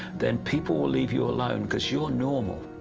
then people will leave you alone because you are normal.